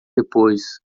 depois